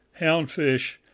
houndfish